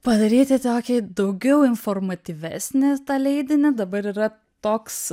padaryti tokį daugiau informatyvesnį tą leidinį dabar yra toks